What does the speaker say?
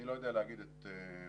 אני לא יודע להגיד את האחוזים.